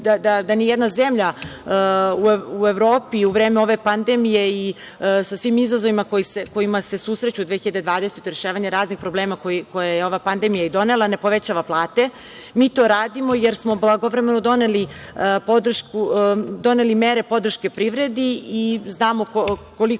da nijedna zemlja u Evropi u vreme ova pandemije i sa svim izazovima sa kojima se susreću u 2020. godine, rešavanje raznih problema koje je ova pandemija i donela, ne povećava plate, mi to radimo jer smo blagovremeno doneli mere podrške privredi i znamo koliko